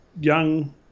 young